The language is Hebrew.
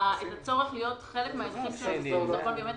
הצורך להיות חלק מן ההליכים של הדרכון הביומטרי,